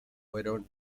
fueron